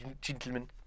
Gentlemen